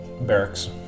barracks